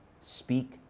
Speak